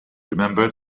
remembered